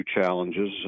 challenges